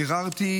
ביררתי